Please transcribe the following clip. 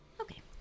okay